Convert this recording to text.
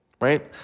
Right